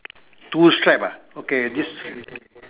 two stripe ah okay this